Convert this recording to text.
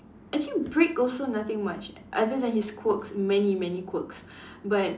actually brick also nothing much other than his quirks many many quirks but